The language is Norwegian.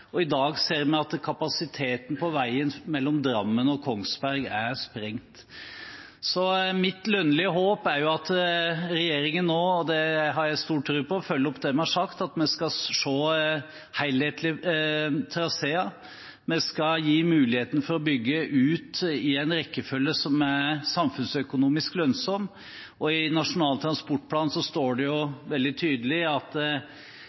er sprengt. Mitt lønnlige håp er at regjeringen – og det har jeg stor tro på – nå følger opp det vi har sagt om at vi skal se på helhetlige traseer. Vi skal gi muligheten for å bygge ut i en rekkefølge som er samfunnsøkonomisk lønnsom, og i Nasjonal transportplan står det veldig tydelig at